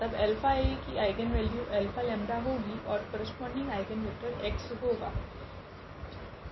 तब 𝛼A की आइगनवेल्यू 𝛼𝜆 होगी ओर करस्पोंडिंग आइगनवेक्टर x होगी